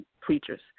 preachers